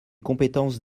compétences